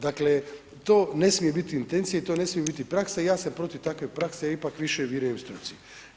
Dakle, to ne smije biti intencija i to ne smije biti praksa i ja sam protiv takve prakse ja ipak više vjerujem struci.